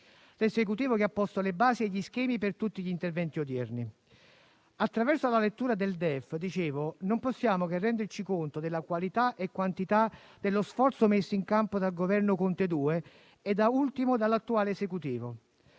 l'Esecutivo che ha posto le basi e gli schemi per tutti gli interventi odierni. Attraverso la lettura del DEF non possiamo che renderci conto della qualità e quantità dello sforzo messo in campo dal secondo Governo Conte e da ultimo dall'attuale Esecutivo.